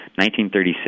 1936